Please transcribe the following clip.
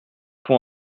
pour